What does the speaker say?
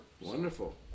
Wonderful